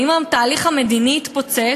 ואם התהליך המדיני יתפוצץ?